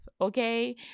okay